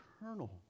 eternal